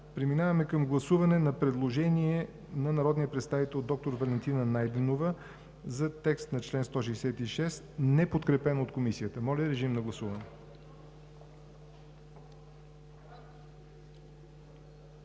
Преминаваме към гласуване предложението на народния представител доктор Валентина Найденова за текст на чл. 166, неподкрепено от Комисията. Гласували